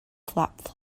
flap